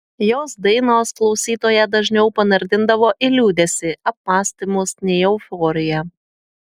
jos dainos klausytoją dažniau panardindavo į liūdesį apmąstymus nei euforiją